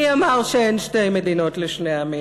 מי אמר שאין שתי מדינות לשני עמים?